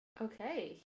Okay